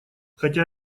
хотя